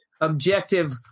objective